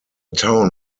town